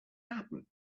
happen